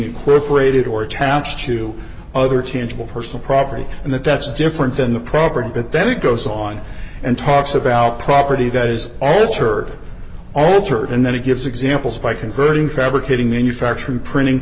incorporated or attached to other tangible personal property and that that's different than the property but then it goes on and talks about property that is alter altered and then it gives examples by converting fabricating manufacturing printing